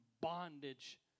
bondage